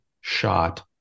shot